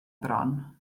bron